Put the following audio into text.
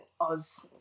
Oz